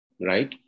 right